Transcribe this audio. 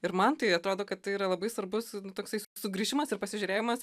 ir man tai atrodo kad tai yra labai svarbus toksai sugrįžimas ir pasižiūrėjimas